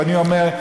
ואני אומר,